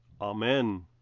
Amen